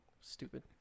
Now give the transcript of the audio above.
Stupid